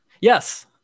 Yes